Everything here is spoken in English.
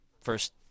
first